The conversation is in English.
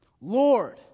Lord